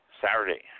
Saturday